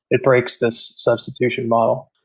it breaks this substitution model,